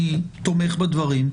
אני תומך בדברים,